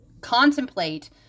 contemplate